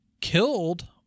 killed